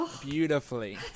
beautifully